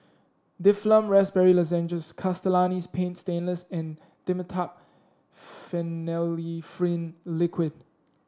Difflam Raspberry Lozenges Castellani's Paint Stainless and Dimetapp Phenylephrine Liquid